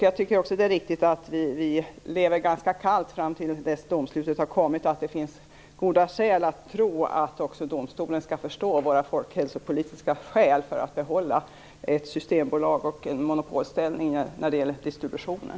Jag tycker också att det är viktigt att vi tar det ganska kallt fram tills dess att domslutet har kommit. Det finns goda skäl att tro att domstolen skall förstå våra folkhälsopolitiska skäl för att behålla Systembolaget och detta med monopolställningen när det gäller distributionen.